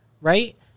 right